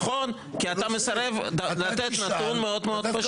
נכון, כי אתה מסרב לתת נתון מאוד מאוד פשוט.